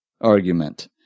argument